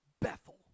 Bethel